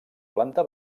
planta